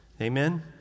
Amen